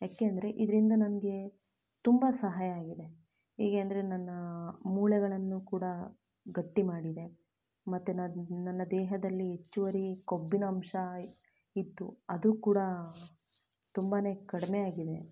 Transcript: ಯಾಕೆಂದರೆ ಇದರಿಂದ ನನಗೆ ತುಂಬ ಸಹಾಯ ಆಗಿದೆ ಹೇಗೆ ಅಂದರೆ ನನ್ನ ಮೂಳೆಗಳನ್ನು ಕೂಡ ಗಟ್ಟಿ ಮಾಡಿದೆ ಮತ್ತು ನನ್ನ ನನ್ನ ದೇಹದಲ್ಲಿ ಹೆಚ್ಚುವರಿ ಕೊಬ್ಬಿನಂಶ ಇತ್ತು ಅದೂ ಕೂಡ ತುಂಬಾ ಕಡಿಮೆ ಆಗಿದೆ